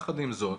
יחד עם זאת,